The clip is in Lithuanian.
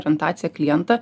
orientaciją klientą